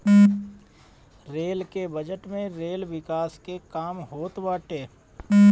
rail के बजट में रेल विकास के काम होत बाटे